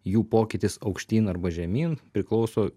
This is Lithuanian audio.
jų pokytis aukštyn arba žemyn priklauso